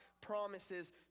promises